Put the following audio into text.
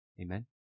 Amen